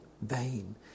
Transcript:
vain